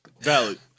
valid